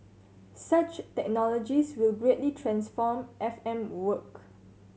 such technologies will greatly transform F M work